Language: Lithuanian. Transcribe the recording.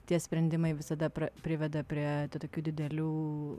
tie sprendimai visada priveda prie tų tokių didelių